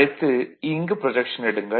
அடுத்து இங்கு ப்ரொஜக்ஷன் எடுங்கள்